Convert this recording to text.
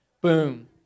Boom